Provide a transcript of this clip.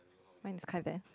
mine is quite bad